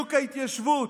חיזוק ההתיישבות.